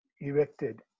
erected